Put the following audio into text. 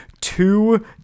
two